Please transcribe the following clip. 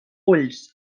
ulls